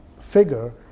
figure